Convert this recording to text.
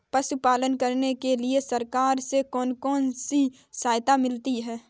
पशु पालन करने के लिए सरकार से कौन कौन सी सहायता मिलती है